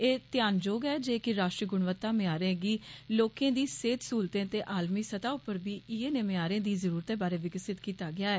एह् ध्यानजोग ऐ जे राष्ट्रीय गुणवत्ता म्यारें गी लोकें दी सेहत सहूलतें ते आलमी सतह उप्पर बी इनें म्यारें दी जरूरतें बारै विकसित कीता गेआ ऐ